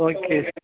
okay